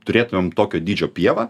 turėtumėm tokio dydžio pievą